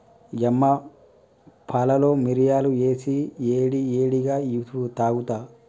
యమ్మ పాలలో మిరియాలు ఏసి ఏడి ఏడిగా ఇవ్వు తాగుత